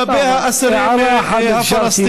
חברת הכנסת